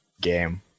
game